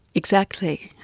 exactly.